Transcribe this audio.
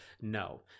no